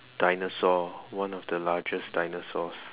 dinosaur one of the largest dinosaurs